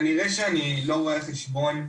כנראה שאני לא מורה לחשבון,